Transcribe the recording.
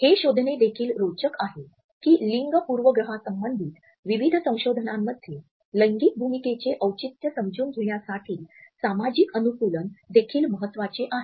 हे शोधणे देखील रोचक आहे की लिंग पूर्वग्रहांसंबंधित विविध संशोधनांमध्ये लैंगिक भूमिकेचे औचित्य समजून घेण्यासाठी सामाजिक अनुकूलन देखील महत्वाचे आहे